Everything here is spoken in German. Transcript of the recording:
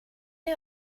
ihr